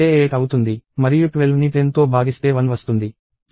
మరియు 12ని 10తో భాగిస్తే 1 వస్తుంది